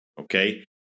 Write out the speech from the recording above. Okay